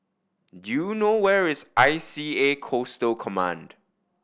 do you know where is I C A Coastal Command